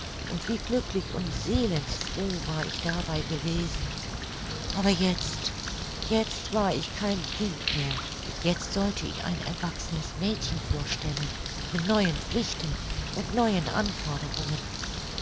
und wie glücklich und seelensfroh war ich dabei gewesen aber jetzt jetzt war ich kein kind mehr jetzt sollte ich ein erwachsenes mädchen vorstellen mit neuen pflichten und neuen anforderungen